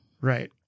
Right